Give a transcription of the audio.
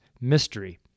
mystery